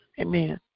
Amen